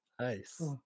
Nice